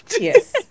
Yes